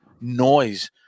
noise